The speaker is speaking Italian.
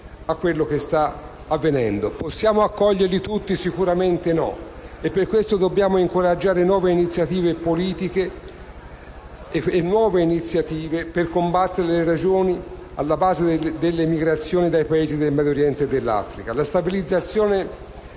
a quello che sta avvenendo. Possiamo accoglierli tutti? Sicuramente no e per questo dobbiamo incoraggiare nuove iniziative politiche e misure per combattere le ragioni alla base dell'emigrazione dai Paesi del Medio Oriente e dall'Africa. La stabilizzazione